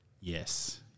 yes